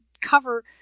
cover